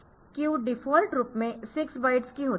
Q default रूप में 6 bytes कि होती है